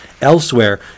elsewhere